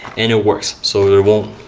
and it works. so there won't,